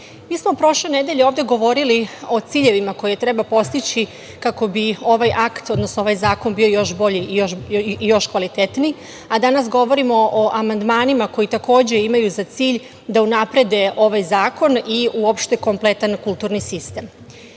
Mi smo prošle nedelje ovde govorili o ciljevima koje treba postići kako bi ovaj akt, odnosno ovaj zakon bio još bolji i još kvalitetniji, a danas govorimo o amandmanima koji takođe imaju za cilj da unaprede ovaj zakon i uopšte kompletan kulturni sistem. Kada